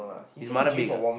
his mother big ah